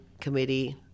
committee